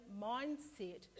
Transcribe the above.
mindset